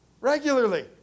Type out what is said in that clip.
regularly